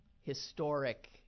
historic